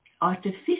artificial